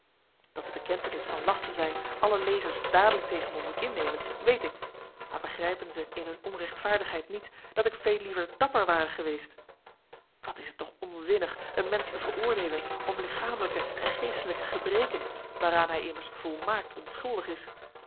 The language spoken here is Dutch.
dat de bekentenis van laf te zijn alle lezers dadelijk tegen me moet innemen weet ik maar begrijpen ze in hun onrechtvaardigheid niet dat ik veel liever dapper ware geweest wat is t toch onzinnig een mensch te veroordeelen om lichamelijke en geestelijke gebreken waaraan hij immers volmaakt onschuldig is